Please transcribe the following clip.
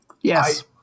Yes